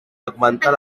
augmentar